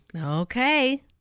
Okay